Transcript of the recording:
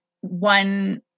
one